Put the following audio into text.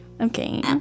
okay